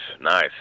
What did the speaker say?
nice